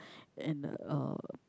and uh